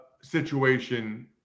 situation